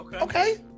Okay